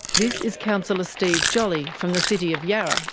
this is councillor steve jolly from the city of yarra,